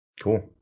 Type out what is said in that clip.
Cool